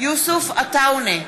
יוסף עטאונה,